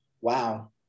wow